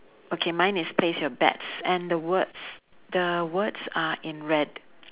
okay mine is place your bets and the words the words are in red